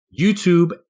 YouTube